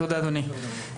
תודה, אדוני.